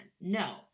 No